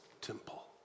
temple